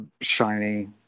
Shiny